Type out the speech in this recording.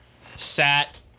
sat